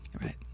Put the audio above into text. Right